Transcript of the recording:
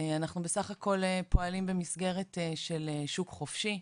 אנחנו בסך הכל פועלים במסגרת של שוק חופשי,